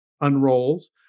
unrolls